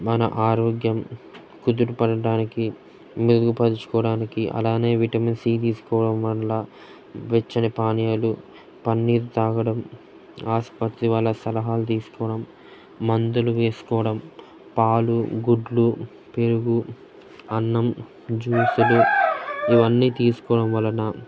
మన ఆరోగ్యం కుదుటపడడానికి మెరుగుపరుచుకోడానికి అలానే విటమిన్ సి తీసుకోడం వల్ల వెచ్చని పానీయాలు పన్నీరు త్రాగడం ఆసుపత్రి వాళ్ళ సలహాలు తీసుకోడం మందులు వేసుకోడం పాలు గుడ్లు పెరుగు అన్నం జ్యూసులు ఇవన్నీ తీసుకోడం వలన